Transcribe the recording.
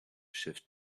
shift